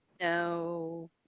No